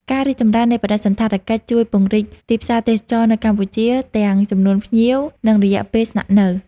ការរីកចម្រើននៃបដិសណ្ឋារកិច្ចជួយពង្រីកទីផ្សារទេសចរណ៍នៅកម្ពុជា ទាំងចំនួនភ្ញៀវ និងរយៈពេលស្នាក់នៅ។